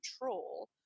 control